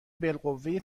بالقوه